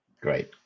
Great